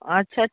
अच्छा